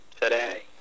today